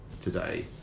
today